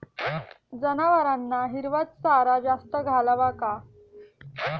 जनावरांना हिरवा चारा जास्त घालावा का?